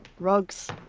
rugs,